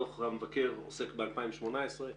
דוח המבקר עוסק ב-2018.